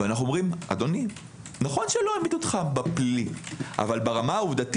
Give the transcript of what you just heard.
אנחנו אומרים: נכון שלא העמידו אותך בפלילי אבל עובדתית,